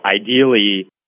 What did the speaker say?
ideally